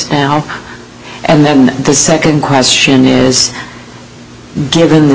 now and then the second question is given the